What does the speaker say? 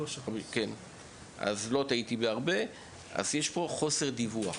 אז יש פה חוסר דיווח.